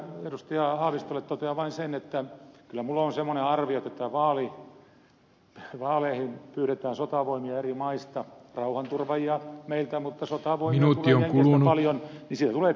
haavistolle totean vain sen että kyllä minulla on semmoinen arvio että vaaleihin pyydetään sotavoimia eri maista rauhanturvaajia meiltä mutta sotavoimia tulee jenkeistä paljon niin siitä tulee pysyvä tilanne